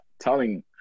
telling